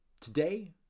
Today